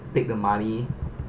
take the money